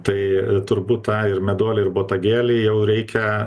tai turbūt tą ir meduolį ir botagėlį jau reikia